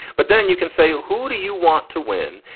but then you can say, ah who do you want to win?